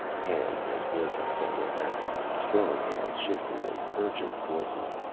hands and voices called him back. strong hands shaking him, urgent voices.